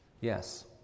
Yes